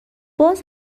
باز